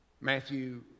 Matthew